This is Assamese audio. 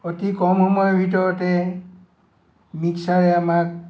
অতি কম সময়ৰ ভিতৰতে মিক্সচাৰে আমাক